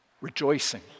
rejoicing